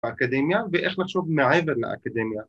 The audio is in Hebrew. ‫האקדמיה ואיך לחשוב מעבר לאקדמיה.